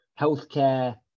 healthcare